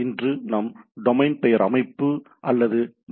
இன்று நாம் டொமைன் பெயர் அமைப்பு அல்லது டி